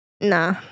Nah